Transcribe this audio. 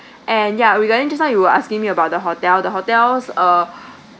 and ya regarding just now you were asking me about the hotel the hotels err